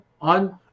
on